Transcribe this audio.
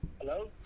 Hello